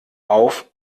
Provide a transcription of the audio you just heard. auf